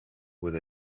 with